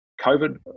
COVID